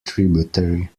tributary